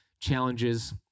challenges